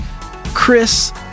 Chris